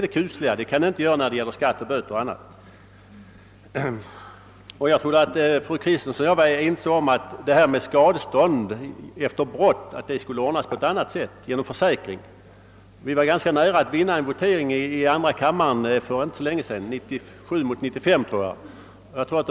Något sådant kan aldrig ske i fråga om införsel för skatt eller böter. Jag trodde att fru Kristensson och jag var ense om att skadestånd på grund av brott skulle ordnas genom någon form av försäkring. Vi var ganska nära att vinna en votering i andra kammaren för en tid sedan — röstsiffrorna blev 97—95, tror jag.